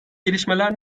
gelişmeler